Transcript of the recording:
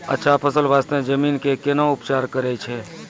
अच्छा फसल बास्ते जमीन कऽ कै ना उपचार करैय छै